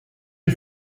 you